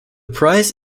prize